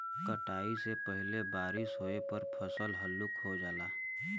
कटाई से पहिले बारिस होये पर फसल हल्लुक हो जाला